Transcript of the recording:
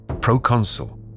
proconsul